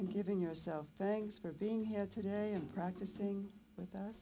giving yourself thanks for being here today and practicing with us